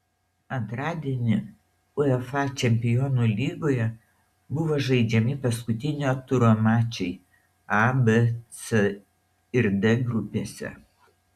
antradienį uefa čempionų lygoje buvo žaidžiami paskutinio turo mačai a b c ir d grupėse